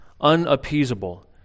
unappeasable